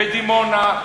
בדימונה,